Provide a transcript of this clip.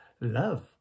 love